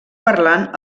parlant